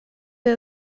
wir